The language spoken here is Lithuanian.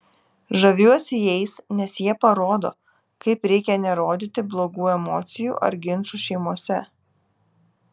žaviuosi jais nes jie parodo kaip reikia nerodyti blogų emocijų ar ginčų šeimose